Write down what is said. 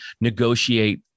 negotiate